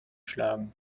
schlagen